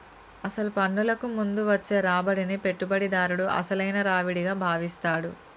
అసలు పన్నులకు ముందు వచ్చే రాబడిని పెట్టుబడిదారుడు అసలైన రావిడిగా భావిస్తాడు